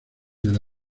del